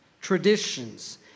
traditions